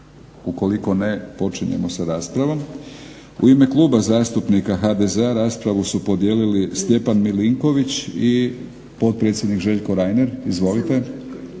Ukoliko ne počinjemo sa raspravom. U ime Kluba zastupnika HDZ-a raspravu su podijelili Stjepan Milinković i potpredsjednik Željko Reiner. Izvolite.